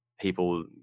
people